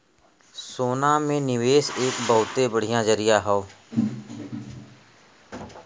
सोना में निवेस एक बहुते बढ़िया जरीया हौ